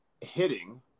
hitting